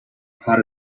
part